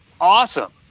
awesome